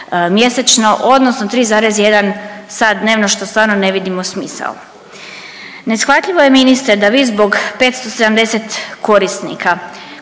odnosno 3,1 sat dnevno, što stvarno ne vidimo smisao. Neshvatljivo je ministre da vi zbog 570 korisnika